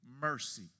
mercy